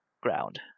ground